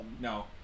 No